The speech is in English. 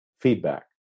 feedback